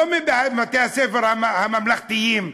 לא מבתי-הספר הממלכתיים.